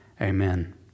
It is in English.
Amen